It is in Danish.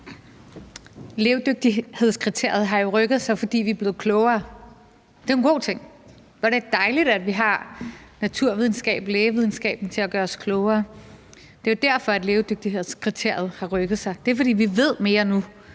Levedygtighedskriteriet har jo rykket sig, fordi vi er blevet klogere. Det er en god ting. Hvor er det dejligt, at vi har naturvidenskaben og lægevidenskaben til at gøre os klogere. Det er jo derfor, at levedygtighedskriteriet har rykket sig; det er, fordi vi ved mere nu